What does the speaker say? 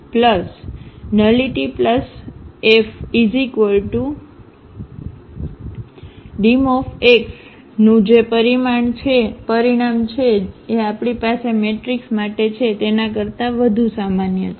તેથી rankFnullityFdim⁡ નું જે પરિણામ છે એ આપણી પાસે મેટ્રિક્સ માટે છે તેના કરતા વધુ સામાન્ય છે